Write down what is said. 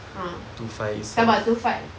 ah sabar two five